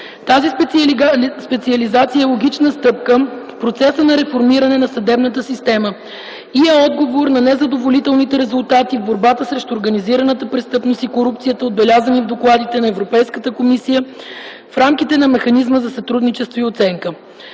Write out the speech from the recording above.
Тази специализация e логична стъпка в процеса на реформиране на съдебната система и е отговор на незадоволителните резултати в борбата срещу организираната престъпност и корупцията, отбелязани в докладите на Европейската комисия в рамките на Mеханизма за сътрудничество и оценка.